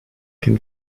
can